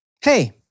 Hey